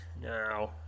Now